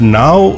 now